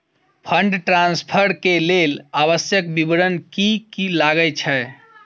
Fund transfer केँ लेल आवश्यक विवरण की की लागै छै?